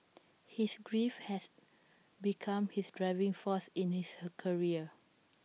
his grief has become his driving force in his career